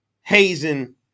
hazing